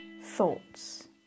thoughts